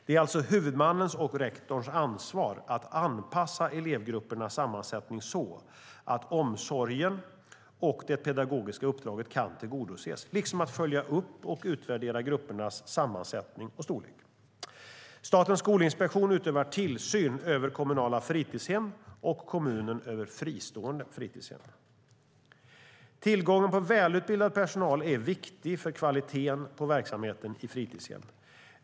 Det är alltså huvudmannens och rektorns ansvar att anpassa elevgruppernas sammansättning så att omsorgen och det pedagogiska uppdraget kan tillgodoses liksom att följa upp och utvärdera gruppernas sammansättning och storlek. Statens skolinspektion utövar tillsyn över kommunala fritidshem och kommunen över fristående fritidshem. Tillgången på välutbildad personal är viktig för kvaliteten på verksamheten i fritidshem.